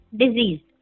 disease